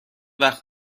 وقت